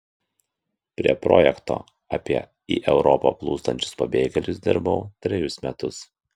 prie projekto apie į europą plūstančius pabėgėlius dirbau trejus metus